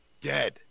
dead